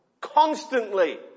Constantly